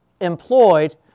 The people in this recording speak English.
employed